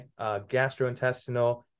gastrointestinal